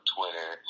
Twitter